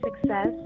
success